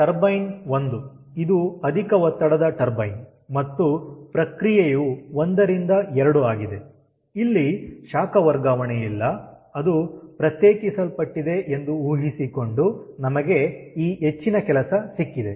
ಆದ್ದರಿಂದ ಟರ್ಬೈನ್ 1 ಇದು ಅಧಿಕ ಒತ್ತಡದ ಟರ್ಬೈನ್ ಮತ್ತು ಪ್ರಕ್ರಿಯೆಯು 1ರಿಂದ 2 ಆಗಿದೆ ಇಲ್ಲಿ ಶಾಖ ವರ್ಗಾವಣೆಯಿಲ್ಲ ಅದು ಪ್ರತ್ಯೇಕಿಸಲ್ಪಟ್ಟಿದೆ ಎಂದು ಊಹಿಸಿಕೊಂಡು ನಮಗೆ ಈ ಹೆಚ್ಚಿನ ಕೆಲಸ ಸಿಕ್ಕಿದೆ